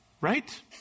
Right